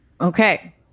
Okay